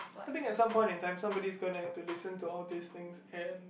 I think at some point in time somebody gonna has to listen to all this thing and